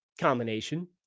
combination